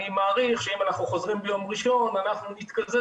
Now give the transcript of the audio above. אני מעריך שאם אנחנו חוזרים ביום ראשון אנחנו נתקזז